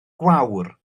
gwawr